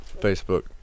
Facebook